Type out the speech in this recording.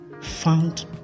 found